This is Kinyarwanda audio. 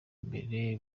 imbere